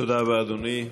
תודה רבה, אדוני.